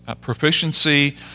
proficiency